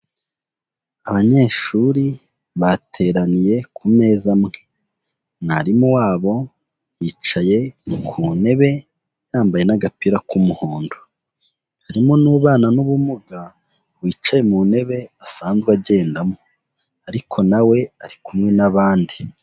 Abanyeshuri bateraniye ku meza amwe, mwarimu wabo yicaye ku ntebe yambaye n'agapira k'umuhondo, harimo n'ubana n'ubumuga wicaye mu ntebe asanzwe agendamo ariko nawe ari kumwe n'abandi.